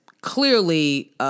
clearly